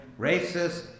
racist